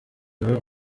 biba